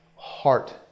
heart